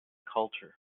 culture